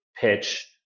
pitch